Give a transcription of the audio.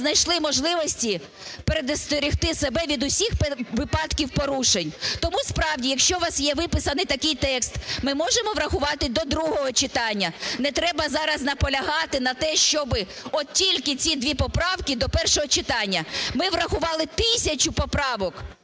знайшли можливості передостерегти себе від усіх випадків порушень. Тому, справді, якщо у вас є виписаний такий текст, ми можемо врахувати до другого читання. Не треба зараз наполягати на те, щоби от тільки ці дві поправки до першого читання. Ми врахували тисячу поправок,